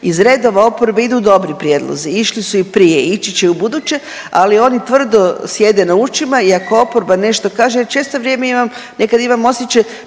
iz redova oporbe idu dobri prijedlozi. Išli su i prije, ići će i ubuduće, ali oni tvrdo sjede na ušima i ako oporba nešto kaže, jer često vrijeme imam, nekad imam osjećaj,